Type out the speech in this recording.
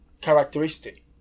characteristic